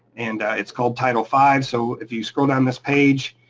and it's called title five, so if you scroll down this page,